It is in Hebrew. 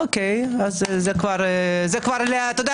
למה את צריכה סבירות?